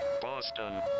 Boston